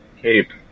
Cape